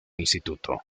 instituto